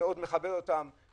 מכבד אותם,